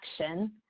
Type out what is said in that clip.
action